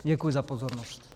Děkuji za pozornost.